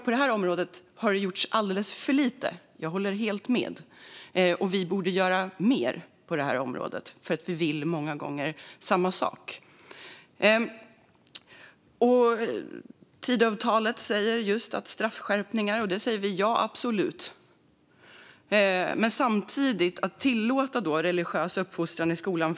På detta område har det gjorts alldeles för lite; jag håller helt med om det. Vi borde göra mer på det här området, för vi vill många gånger samma sak. I Tidöavtalet talas det om straffskärpningar, och det säger vi absolut ja till.